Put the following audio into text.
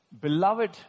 beloved